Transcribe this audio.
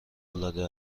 العاده